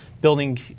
building